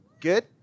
Good